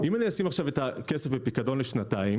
אם אני אשים עכשיו את הכסף בפיקדון לשנתיים,